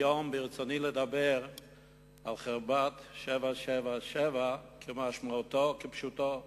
היום ברצוני לדבר על חרפת ה-777, משמעותו כפשוטו.